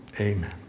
Amen